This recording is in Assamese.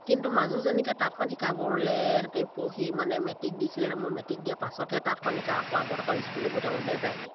কিন্তু মাজুজনীকে তাঁতখন শিকাবলৈ সিহঁতে পঢ়ি মানে মেট্ৰিক দিছিলেহে মোৰ মেট্ৰিক দিয়া পাছতহে তাতখন শিকাম আকৌ আগতে আকৌ স্কুললৈ গৈ থাকোতে যায়গৈ